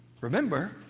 Remember